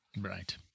Right